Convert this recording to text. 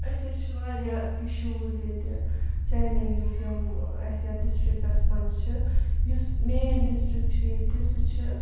اَسہِ حظ چھِ واریاہ اِشوٗز ییٚتہِ چَلینٛجِز یِم اَسہِ یَتھ ڈِسٹِرٛکَس منٛز چھِ یُس مین ڈِسٹِرٛک چھِ ییٚتہِ سُہ چھِ